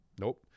Nope